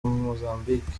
mozambique